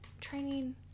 training